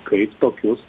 kaip tokius